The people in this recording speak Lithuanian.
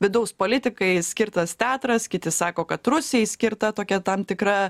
vidaus politikai skirtas teatras kiti sako kad rusijai skirta tokia tam tikra